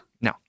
No